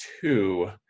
two